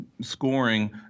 scoring